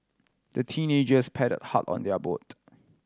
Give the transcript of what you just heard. the teenagers paddled hard on their boat